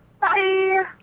Bye